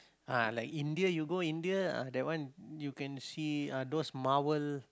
ah like India you go India ah that one you can see uh those marvel